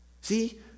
See